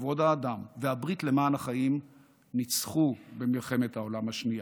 כבוד האדם והברית למען החיים ניצחו במלחמת העולם השנייה.